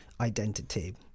identity